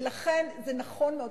ולכן זה נכון מאוד.